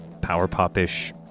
power-pop-ish